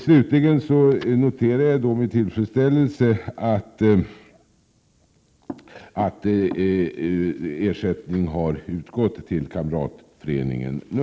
Slutligen noterar jag med tillfredsställelse att ersättning har utgått till kamratföreningen NU.